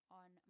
on